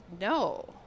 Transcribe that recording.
no